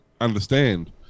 understand